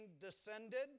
descended